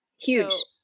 Huge